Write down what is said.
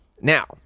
Now